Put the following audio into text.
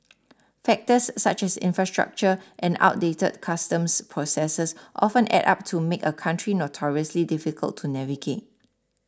factors such as infrastructure and outdated customs processes often add up to make a country notoriously difficult to navigate